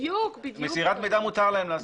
את זה מותר להם לעשות.